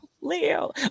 Leo